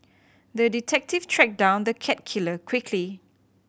the detective tracked down the cat killer quickly